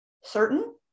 certain